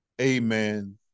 Amen